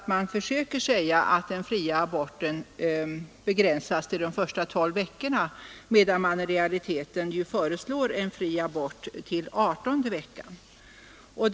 Man försöker säga att den fria aborten begränsas till de första tolv veckorna, medan man i realiteten föreslår fri abort till adertonde havandeskapsveckan.